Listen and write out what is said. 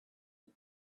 eat